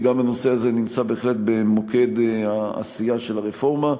וגם הנושא הזה נמצא בהחלט במוקד העשייה של הרפורמה.